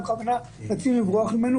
בכוונה רצינו לברוח מהביטוי